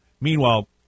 Meanwhile